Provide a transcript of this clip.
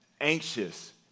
anxious